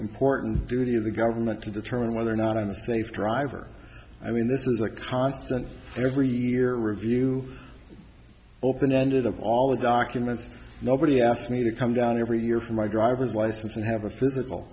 important duty of the government to determine whether or not i'm safe driver i mean this is a constant every year review open ended of all the documents nobody asked me to come down every year for my driver's license and have a physical